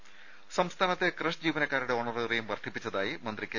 രുര സംസ്ഥാനത്തെ ക്രഷ് ജീവനക്കാരുടെ ഓണറേറിയം വർദ്ധിപ്പിച്ചതായി മന്ത്രി കെ